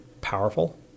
powerful